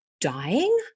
dying